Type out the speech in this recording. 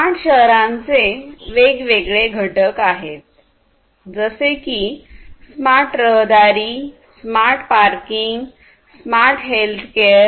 smart शहरांचे वेगवेगळे घटक आहेत जसे की स्मार्ट रहदारी स्मार्ट पार्किंग आणि स्मार्ट हेल्थकेअर